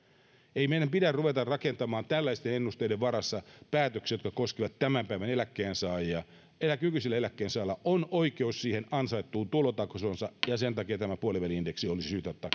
ei meidän pidä ruveta rakentamaan tällaisten ennusteiden varassa päätöksiä jotka koskevat tämän päivän eläkkeensaajia meidän nykyisillä eläkkeensaajilla on oikeus ansaittuun tulotasoonsa ja sen takia tämä puoliväli indeksi olisi syytä